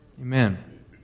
Amen